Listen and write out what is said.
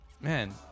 man